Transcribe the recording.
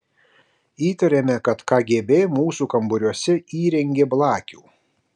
įtarėme kad kgb mūsų kambariuose įrengė blakių